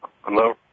Hello